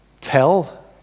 tell